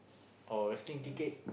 or wrestling ticket